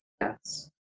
Yes